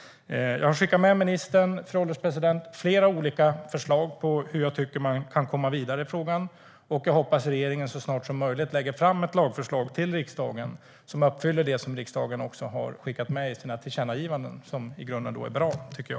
Jag har skickat med ministern flera olika förslag på hur jag tycker att man kan komma vidare i frågan. Jag hoppas att regeringen så snart som möjligt lägger fram ett lagförslag till riksdagen som uppfyller det som riksdagen har skickat med i sina tillkännagivanden, som i grunden är bra.